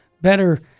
better